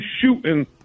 shooting